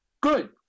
Good